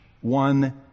one